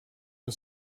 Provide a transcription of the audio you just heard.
you